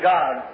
God